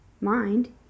mind